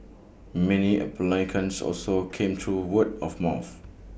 many applicants also came through word of mouth